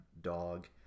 dog